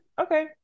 Okay